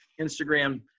Instagram